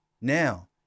Now